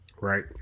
right